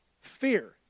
Fear